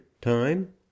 time